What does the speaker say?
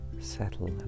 settle